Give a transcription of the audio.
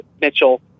Mitchell